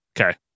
okay